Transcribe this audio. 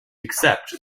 accept